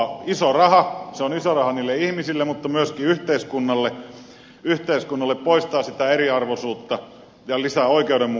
se on iso raha niille ihmisille mutta myöskin yhteiskunnalle poistaa sitä eriarvoisuutta ja lisää oikeudenmukaisuutta